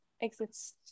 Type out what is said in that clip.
exists